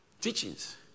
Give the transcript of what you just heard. Teachings